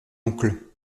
oncle